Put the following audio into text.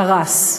קרס.